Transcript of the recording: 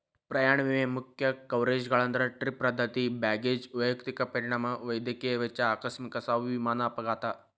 ಪ್ರಯಾಣ ವಿಮೆ ಮುಖ್ಯ ಕವರೇಜ್ಗಳಂದ್ರ ಟ್ರಿಪ್ ರದ್ದತಿ ಬ್ಯಾಗೇಜ್ ವೈಯಕ್ತಿಕ ಪರಿಣಾಮ ವೈದ್ಯಕೇಯ ವೆಚ್ಚ ಆಕಸ್ಮಿಕ ಸಾವು ವಿಮಾನ ಅಪಘಾತ